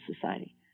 society